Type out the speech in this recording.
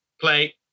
play